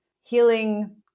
healing